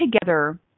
together